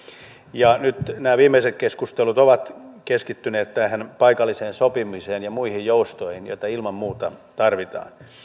ja nyt nämä viimeiset keskustelut ovat keskittyneet tähän paikalliseen sopimiseen ja muihin joustoihin joita ilman muuta tarvitaan